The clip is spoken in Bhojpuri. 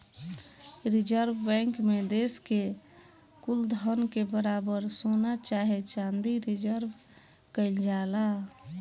रिजर्व बैंक मे देश के कुल धन के बराबर सोना चाहे चाँदी रिजर्व केइल जाला